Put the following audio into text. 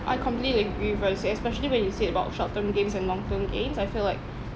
I completely agree with you especially when you said about short term gains and long term gains I feel like